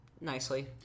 nicely